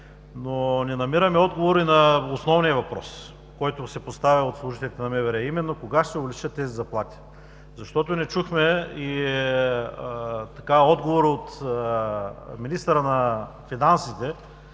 Не намираме отговори на основния въпрос, който се поставя от служителите на МВР: кога ще се увеличат заплатите? Не чухме и отговор от министъра на финансите